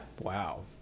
Wow